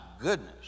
goodness